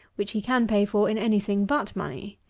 which he can pay for in any thing but money.